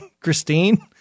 Christine